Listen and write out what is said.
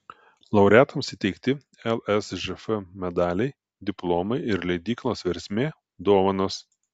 laureatams įteikti lsžf medaliai diplomai ir leidyklos versmė dovanos